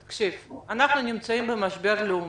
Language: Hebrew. אסף, תקשיב, אנחנו נמצאים במשבר לאומי,